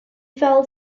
fell